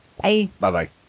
Bye-bye